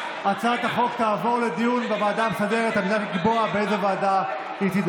הדוגלים בשוויון זכויות ולצערי פוגעים בזכויות